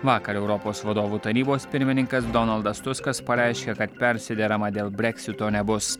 vakar europos vadovų tarybos pirmininkas donaldas tuskas pareiškė kad persiderama dėl breksito nebus